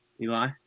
Eli